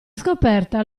scoperta